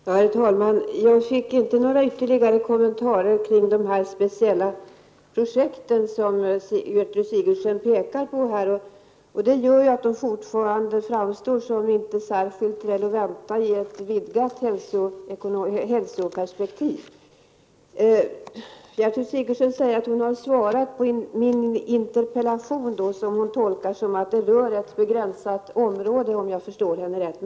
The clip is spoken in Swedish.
Herr talman! Jag fick inte några ytterligare kommentarer till de speciella 8 december 1987 projekten som Gertrud Sigurdsen pekar på. Det gör att de fortfarande framstår som inte särskilt relevanta i ett vidgat hälsoperspektiv. Gertrud Sigurdsen säger att hon har svarat på min interpellation, som hon tolkar som att den rör ett begränsat område, om jag förstod henne rätt.